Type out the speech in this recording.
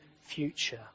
future